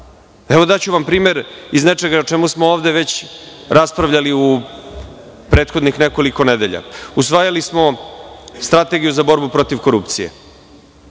daću vam primer i iz nečega o čemu smo ovde već raspravljali u prethodnih nekoliko nedelja. Usvajali smo strategiju za borbu protiv korupcije.